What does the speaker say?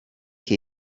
che